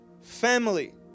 family